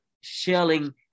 shelling